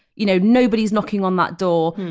you know, nobody's knocking on that door.